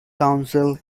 council